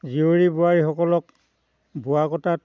জীয়ৰী বোৱাৰীসকলক বোৱা কটাত